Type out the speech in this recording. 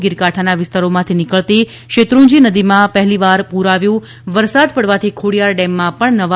ગીરકાંઠાના વિસ્તારોમાંથી નીકળતી શેત્રુંજી નદીમાં પહેલીવાર પૂર આવયુ વરસાદ પડવાથી ખોડિયાર ડેમમાં પણ નવા નીરની આવક થઈ છે